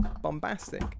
bombastic